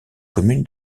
commune